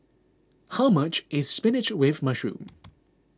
how much is Spinach with Mushroom